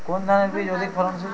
কোন ধানের বীজ অধিক ফলনশীল?